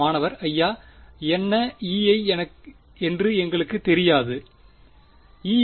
மாணவர் ஐயா என்ன Ei என்று எங்களுக்குத் தெரியாது குறிப்பு நேரம் 0400